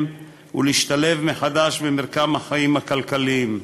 ולהשתלב מחדש במרקם החיים הכלכליים.